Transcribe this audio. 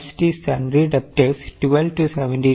Next is sundry debtors 12 to 17 what type of item